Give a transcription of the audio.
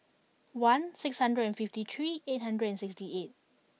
one six hundred and fifty three eight hundred and sixty eight